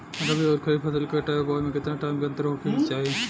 रबी आउर खरीफ फसल के कटाई और बोआई मे केतना टाइम के अंतर होखे के चाही?